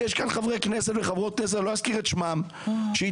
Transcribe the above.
יש כאן חברות כנסת וחברי כנסת שלא אזכיר את שמם שהתהדרו